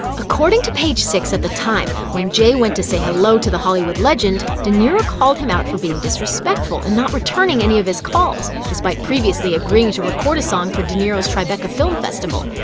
according to page six at the time, when jay went to say hello to the hollywood legend, de niro called him out for being disrespectful and not returning any of his calls, despite previously agreeing to record a song for de niro's tribeca film festival.